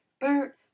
Bert